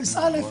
טופס א',